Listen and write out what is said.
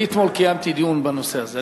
אני קיימתי אתמול דיון בנושא הזה.